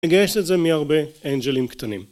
ניגש את זה מהרבה אנג'לים קטנים